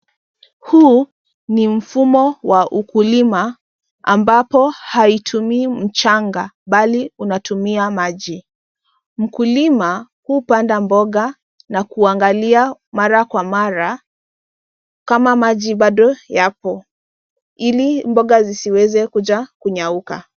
Huu, ni mfumo wa ukulima, ambapo haitumii mchanga bali unatumia maji. Mkulima hupanda mboga na kuangalia mara kwa mara, kama maji bado yapo, ili mboga zisiweze kuja kunyauka.